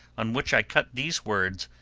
on which i cut these words,